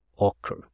occur